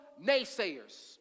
naysayers